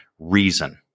reason